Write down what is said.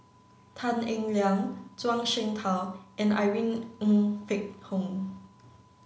Tan Eng Liang Zhuang Shengtao and Irene Ng Phek Hoong